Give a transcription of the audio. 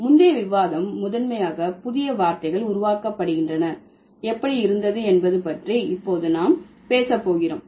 முந்தைய விவாதம் முதன்மையாக புதிய வார்த்தைகள் உருவாக்கப்படுகின்றன எப்படி இருந்தது என்பது பற்றி இப்போது நாம் பேச போகிறோம்